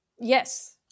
Yes